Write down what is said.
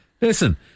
Listen